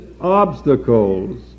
obstacles